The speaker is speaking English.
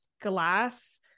glass